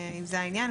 אם זה העניין.